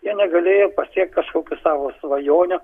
jie negalėjo pasiekti kažkokių savo svajonių